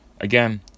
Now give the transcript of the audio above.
Again